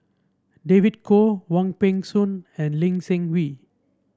David Kwo Wong Peng Soon and Lee Seng Wee